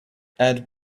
add